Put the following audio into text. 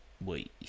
Wait